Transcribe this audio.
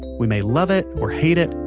we may love it or hate it,